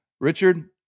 Richard